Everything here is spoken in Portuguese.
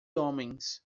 homens